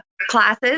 classes